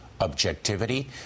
objectivity